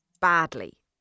badly